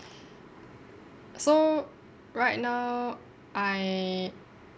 so right now I